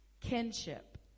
Kinship